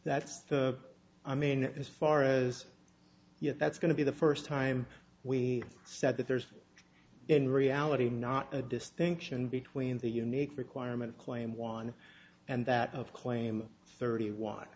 that's the i'm in as far as yet that's going to be the first time we said that there's in reality not a distinction between the unique requirement claim one and that of claim thirty